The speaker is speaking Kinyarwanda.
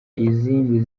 izindi